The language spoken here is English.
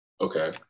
Okay